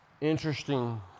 interesting